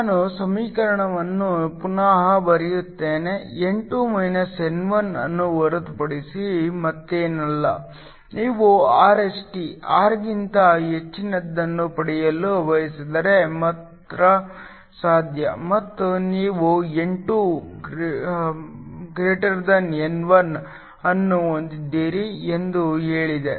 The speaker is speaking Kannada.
ನಾನು ಸಮೀಕರಣವನ್ನು ಪುನಃ ಬರೆಯುತ್ತೇನೆ N2 N1 ಅನ್ನು ಹೊರತುಪಡಿಸಿ ಮತ್ತೇನಲ್ಲ ನೀವು Rst R ಗಿಂತ ಹೆಚ್ಚಿನದನ್ನು ಪಡೆಯಲು ಬಯಸಿದರೆ ಮಾತ್ರ ಸಾಧ್ಯ ಮತ್ತು ನೀವು N2 N1 ಅನ್ನು ಹೊಂದಿದ್ದೀರಿ ಎಂದು ಹೇಳಿದೆ